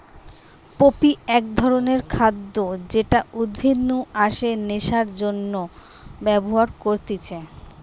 poppy এক ধরণের খাদ্য যেটা উদ্ভিদ নু আসে নেশার জন্যে ব্যবহার করতিছে